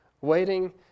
Waiting